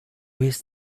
jest